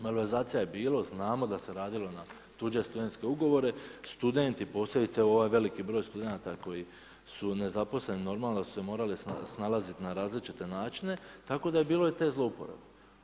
Malverzacija je bilo, znamo da se radilo na tuđe stud.ugovore, studenti posebice ovaj veliki broj studenata koji su nezaposleni normalno da su se morali snalazit na različite načine, tako da je bilo i te zlouporabe.